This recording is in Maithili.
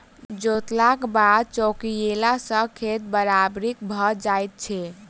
जोतलाक बाद चौकियेला सॅ खेत बराबरि भ जाइत छै